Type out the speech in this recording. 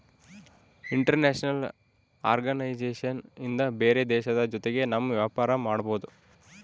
international organisation ಇಂದ ಬೇರೆ ದೇಶದ ಜೊತೆಗೆ ನಮ್ ವ್ಯಾಪಾರ ಮಾಡ್ಬೋದು